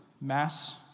mass